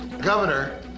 Governor